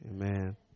Amen